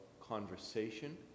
conversation